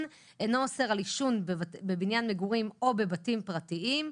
אינו אוסר על עישון בבניין מגורים או בבתים פרטיים,